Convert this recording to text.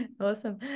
awesome